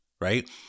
right